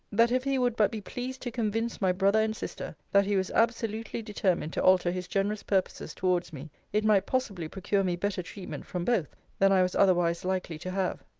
that if he would but be pleased to convince my brother and sister, that he was absolutely determined to alter his generous purposes towards me, it might possibly procure me better treatment from both, than i was otherwise likely to have.